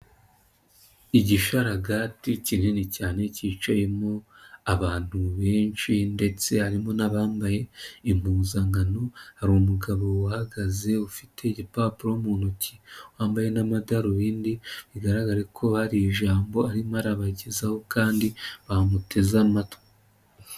Igishararaga kinini cyane cyicayemo abantu benshi ndetse harimo n'abambaye impuzankano hari umugabo uhagaze ufite igipapuro mu ntoki wambaye n'amadarubindi bigaragare ko hari ijambo arimo arabagezaho kandi bamuteze amatwi.